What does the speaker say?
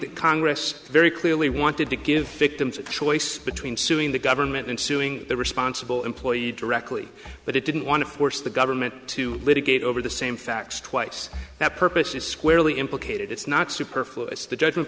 that congress very clearly wanted to give victims the choice between suing the government and suing the responsible employee directly but it didn't want to force the government to litigate over the same facts twice that purpose is squarely implicated it's not superfluous the judgment